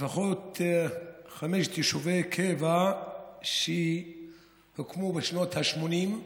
לפחות חמישה יישובי קבע שהוקמו בשנות ה-80,